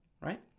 Right